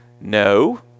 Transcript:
No